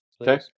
Okay